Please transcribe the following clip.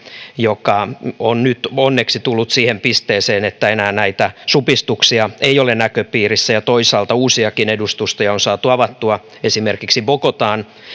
joka on nyt onneksi tullut siihen pisteeseen että enää näitä supistuksia ei ole näköpiirissä ja toisaalta uusiakin edustustoja on saatu avattua esimerkiksi bogotaan